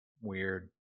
weird